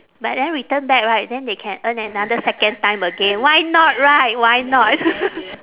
but then return back right then they can earn another second time again why not right why not